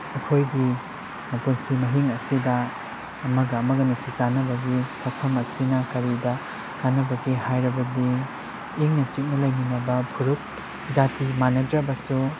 ꯑꯩꯈꯣꯏꯒꯤ ꯄꯨꯟꯁꯤ ꯃꯍꯤꯡ ꯑꯁꯤꯗ ꯑꯃꯒ ꯑꯃꯒ ꯅꯨꯡꯁꯤ ꯆꯥꯅꯅꯕꯒꯤ ꯁꯛꯐꯝ ꯑꯁꯤꯅ ꯀꯔꯤꯗ ꯀꯥꯟꯅꯕꯒꯦ ꯍꯥꯏꯔꯕꯗꯤ ꯏꯪꯅ ꯆꯤꯛꯅ ꯂꯩꯃꯤꯟꯅꯕ ꯐꯨꯔꯨꯞ ꯖꯥꯇꯤ ꯃꯥꯟꯅꯗ꯭ꯔꯕꯁꯨ